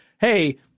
hey